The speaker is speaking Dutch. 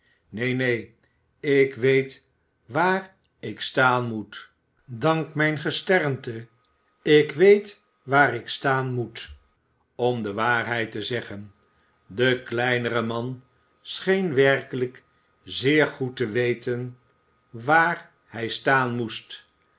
neen neen ik weet waar ik staan moet dank mijn gesternte ik weet waar ik staan moet om de waarheid te zeggen de kleinere man scheen werkelijk zeer goed te weten waar hij staan moest